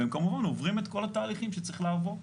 והם כמובן עוברים את כל התהליכים שצריך לעבור.